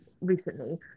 recently